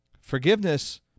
Forgiveness